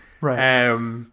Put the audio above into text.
Right